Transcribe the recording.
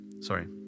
Sorry